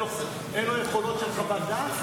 אין לו יכולת לחוות דעת?